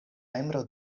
membro